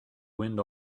wind